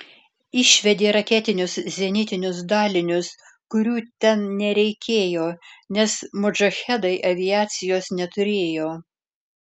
išvedė raketinius zenitinius dalinius kurių ten nereikėjo nes modžahedai aviacijos neturėjo